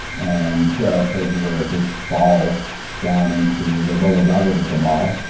and there are places where it just falls down into the lower levels of the mall.